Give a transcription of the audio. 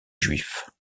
juif